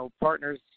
partners